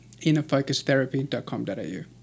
innerfocustherapy.com.au